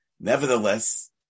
Nevertheless